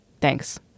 Thanks